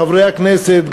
חברי הכנסת,